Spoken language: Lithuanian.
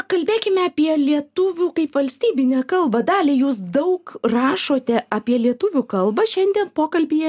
kalbėkime apie lietuvių kaip valstybinę kalbą dalia jūs daug rašote apie lietuvių kalbą šiandien pokalbyje